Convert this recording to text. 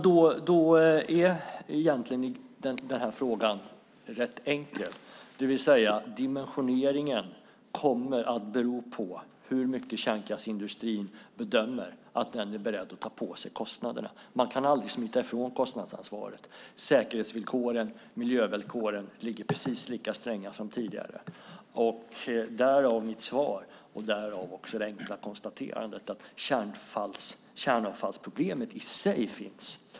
Då är egentligen den här frågan rätt enkel. Dimensioneringen kommer att bero på hur mycket kostnader kärnkraftsindustrin bedömer att den är beredd att ta på sig. Man kan aldrig smita ifrån kostnadsansvaret. Säkerhetsvillkoren och miljövillkoren är precis lika stränga som tidigare. Därav mitt svar och därav också det enkla konstaterandet att kärnavfallsproblemet i sig finns.